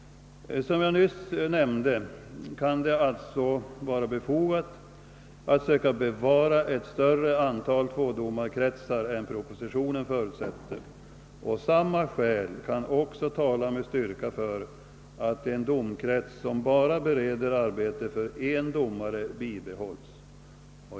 Som jag nyss nämnde kan det alltså vara befogat att söka bevara ett större antal tvådomarkretsar än vad propositionen förutsätter. Samma skäl kan också med styrka tala för att en domkrets som bara bereder arbete för en domare bibehålls.